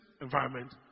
environment